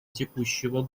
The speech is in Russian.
текущего